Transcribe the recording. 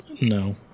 No